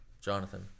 Jonathan